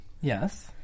Yes